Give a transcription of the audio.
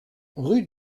rue